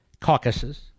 caucuses